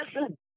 listen